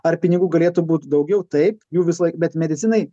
ar pinigų galėtų būt daugiau taip jų visąlaik bet medicinai